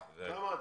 כמה אתם?